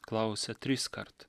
klausia triskart